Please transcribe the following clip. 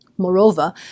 Moreover